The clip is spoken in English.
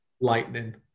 lightning